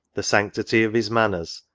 the sanctity of his manners,